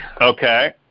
Okay